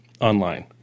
online